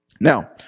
Now